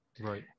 Right